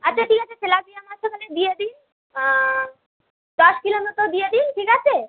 আচ্ছা ঠিক আছে তেলাপিয়া মাছও তখলে দিয়ে দিন দশ কিলো মতো দিয়ে দিন ঠিক আছে